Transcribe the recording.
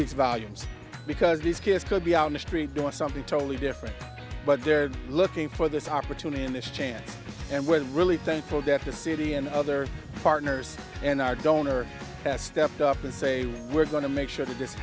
speaks volumes because these kids could be out on the street doing something totally different but they're looking for this opportunity and this chance and we're really thankful that the city and other partners and our donor that stepped up and say we're going to make sure that this